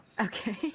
okay